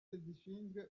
zishinzwe